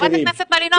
חברת הכנסת מלינובסקי,.